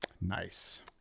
Nice